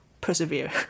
persevere